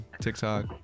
tiktok